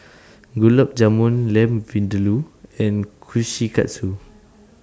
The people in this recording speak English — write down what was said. Gulab Jamun Lamb Vindaloo and Kushikatsu